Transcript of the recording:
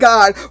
God